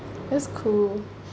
that's cool